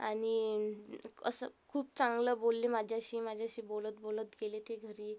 आणि असं खूप चांगलं बोलले माझ्याशी माझ्याशी बोलत बोलत गेले ते घरी